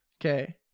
Okay